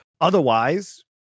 otherwise